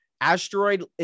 Asteroid